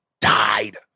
died